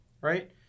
Right